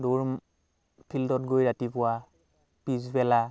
দৌৰো ফিল্ডত গৈ ৰাতিপুৱা পিছবেলা